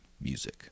Music